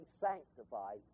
sanctified